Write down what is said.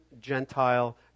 Gentile